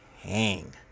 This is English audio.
hang